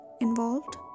involved